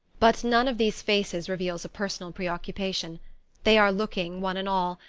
but none of these faces reveals a personal preoccupation they are looking, one and all,